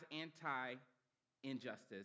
anti-injustice